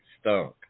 stunk